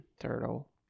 turtle